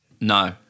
No